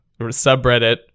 subreddit